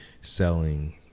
selling